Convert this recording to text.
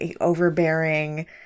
overbearing